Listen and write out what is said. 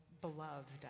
beloved